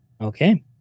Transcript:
Okay